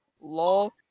Lol